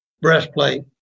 breastplate